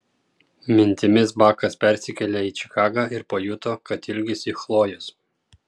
mintimis bakas persikėlė į čikagą ir pajuto kad ilgisi chlojės